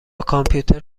کامپیوتر